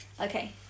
Okay